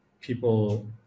people